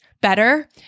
better